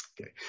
Okay